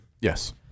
Yes